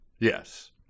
yes